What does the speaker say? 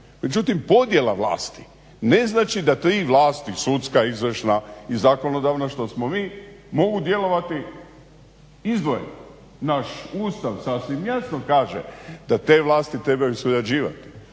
međutim podjela vlasti ne znači da tri vlasti sudska, izvršna i zakonodavna što smo mi mogu djelovati izdvojeno. Naš Ustav sasvim jasno kaže da te vlasti trebaju surađivati.